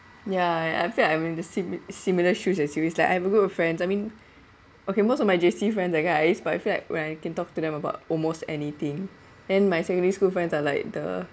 ya and I feel like I'm in the simi~ similar shoes as you it's like I have a group of friends I mean okay most of my J_C friends are guys but I feel like where I can talk to them about almost anything then my secondary school friends are like the